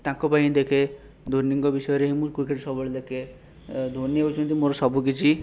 ତାଙ୍କ ପାଇଁ ଦେଖେ ଧୋନିଙ୍କ ବିଷୟରେ ହିଁ ମୁଁ କ୍ରିକେଟ୍ ସବୁବେଳେ ଦେଖେ ଧୋନି ହେଉଛନ୍ତି ମୋର ସବୁକିଛି